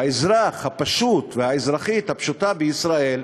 האזרח הפשוט והאזרחית הפשוטה בישראל,